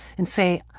and say,